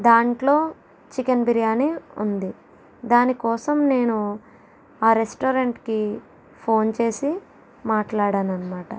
దాంట్లో చికెన్ బిర్యానీ ఉంది దానికోసం నేను ఆ రెస్టారెంట్కి ఫోన్ చేసి మాట్లాడాను అనమాట